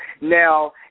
Now